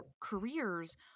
careers